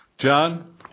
John